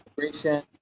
integration